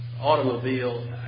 automobile